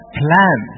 plan